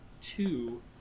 two